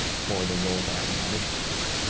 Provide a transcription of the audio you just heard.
for the roles that i was auditioning for.